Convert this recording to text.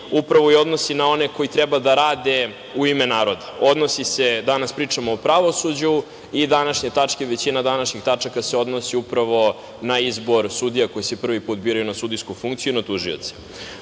upravo i odnosi na one koji treba da rade u ime naroda. Odnosi se, danas pričamo, na pravosuđe i današnje tačke, većina, se odnose upravo na izbor sudija koje se prvi put biraju na sudijsku funkciju i na tužioce.U